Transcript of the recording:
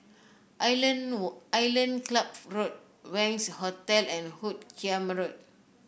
Island Island Club Road Wangz Hotel and Hoot Kiam Road